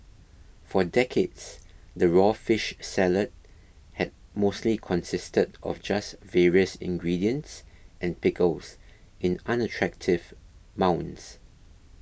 for decades the raw fish salad had mostly consisted of just various ingredients and pickles in unattractive mounds